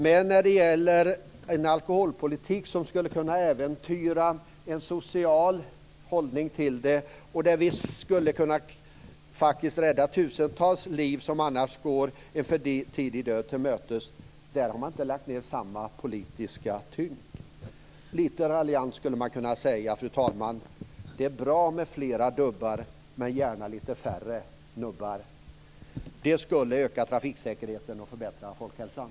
Men när det gäller en alkoholpolitik som skulle kunna äventyra en social hållning till det hela, och där vi faktiskt skulle kunna rädda tusentals liv som annars går en för tidig död till mötes, har man inte lagt ned samma politiska tyngd. Fru talman! Lite raljant skulle man kunna säga: Det är bra med flera dubbar, men gärna lite färre nubbar! Det skulle öka trafiksäkerheten och förbättra folkhälsan.